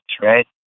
right